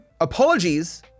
Apologies